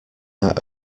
are